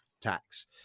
tax